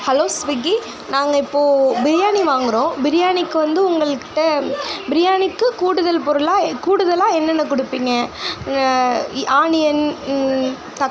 hello Swiggy நாங்கள் இப்போ பிரியாணி வாங்குறோம் பிரியாணிக்கு வந்து உங்கள்க்கிட்ட பிரியாணிக்கு கூடுதல் பொருளாக கூடுதலாக என்னென்ன கொடுப்பீங்க ஆனியன் தக்